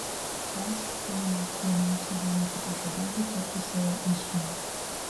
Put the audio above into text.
leisk kunige pirmiausia vieną kitą žodelį tarti savo įsūniui